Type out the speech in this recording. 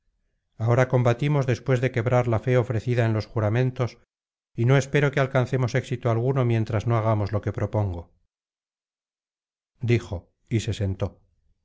ahora combatimos después de quebrar la fe ofrecida en los juramentos y no espero que alcancemos éxito alguno mientras no hagamos lo que propongo dijo y se sentó